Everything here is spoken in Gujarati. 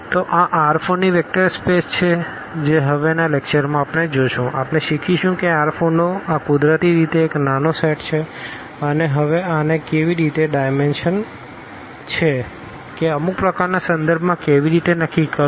તેથી આ R4ની વેક્ટર સ્પેસ છે જે હવે ના લેક્ચર્સમાં જોશું આપણે શીખીશું કે આ R4 નો આ કુદરતી રીતે એક નાનો સેટ છે અને હવે આને કેવી રીતે ડાઈમેનશન કે અમુક પ્રકારના સંદર્ભમાં કેવી રીતે નક્કી કરવું